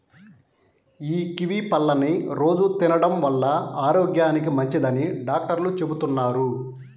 యీ కివీ పళ్ళని రోజూ తినడం వల్ల ఆరోగ్యానికి మంచిదని డాక్టర్లు చెబుతున్నారు